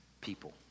people